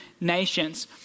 nations